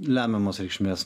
lemiamos reikšmės